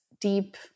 deep